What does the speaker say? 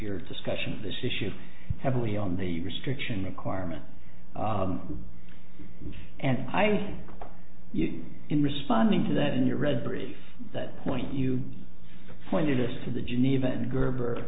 your discussion of this issue heavily on the restriction requirement and i you in responding to that in your read brief that point you pointed us to the geneva and gerber